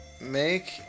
Make